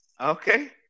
okay